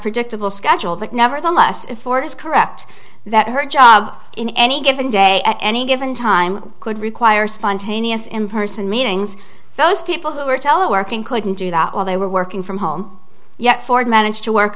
predictable schedule but nevertheless ford's correct that her job in any given day at any given time could require spontaneous in person meetings those people who were teleworking couldn't do that while they were working from home yet ford managed to work